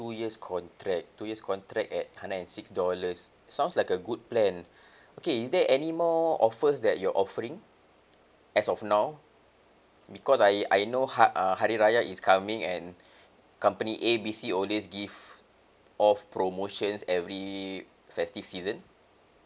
two years contract two years contract at hundred and six dollars sounds like a good plan okay is there any more offers that you're offering as of now because I I know ha~ uh hari raya is coming and company A B C always give off promotions every festive season